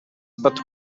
but